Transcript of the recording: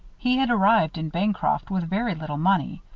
he had arrived in bancroft with very little money.